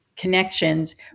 Connections